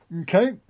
Okay